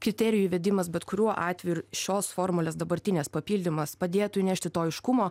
kriterijų įvedimas bet kuriuo atveju ir šios formulės dabartinės papildymas padėtų įnešti to aiškumo